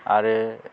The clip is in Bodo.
आरो